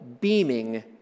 beaming